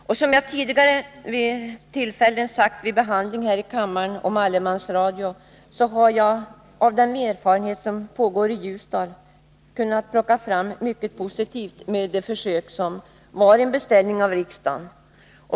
Som jag vid tidigare tillfällen sagt vid behandling här i kammaren av frågan om allemansradion har jag mycket positiv erfarenhet av det försök som pågår i Ljusdal, ett försök som var en beställning av riksdagen.